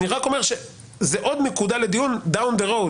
אני רק אומר שזו עוד נקודה לדיון במורד הדרך.